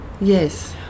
yes